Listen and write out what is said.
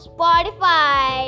Spotify